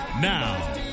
Now